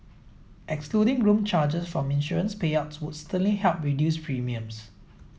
excluding room charges from insurance payouts would certainly help reduce premiums